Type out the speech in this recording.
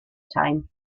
time